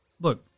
look